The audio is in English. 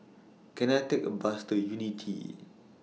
Can I Take A Bus to Unity